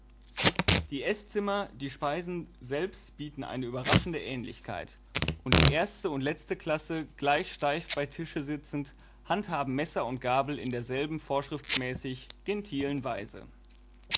die eßzimmer die speisen selbst bieten eine überraschende ähnlichkeit und die erste und letzte klasse gleich steif bei tische sitzend handhaben messer und gabel in derselben vorschriftsmäßig gentilen weise